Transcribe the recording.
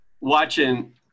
Watching